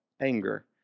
Anger